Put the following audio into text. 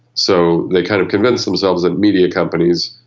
so they kind of convinced themselves that media companies,